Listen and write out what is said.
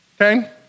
Okay